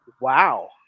wow